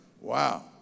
Wow